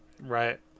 Right